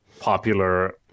popular